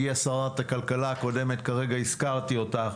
הגיעה שר הכלכלה הקודמת; כרגע הזכרתי אותך